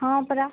ହଁ ପରା